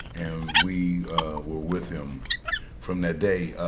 and we were with him from that day.